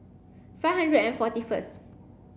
five hundred and forty first